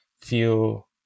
feel